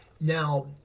Now